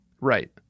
Right